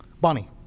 Bonnie